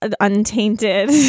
untainted